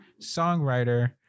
songwriter